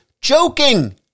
joking